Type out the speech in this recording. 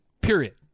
period